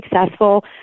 successful